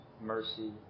mercy